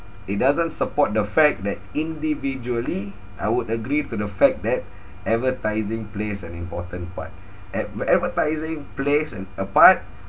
it doesn't support the fact that individually I would agree to the fact that advertising plays an important part ad~ advertising plays an a part